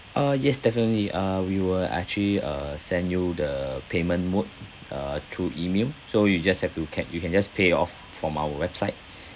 uh yes definitely uh we will actually uh send you the payment mode uh through email so you just have to ca~ you can just pay off from our website